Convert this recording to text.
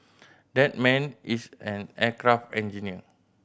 that man is an aircraft engineer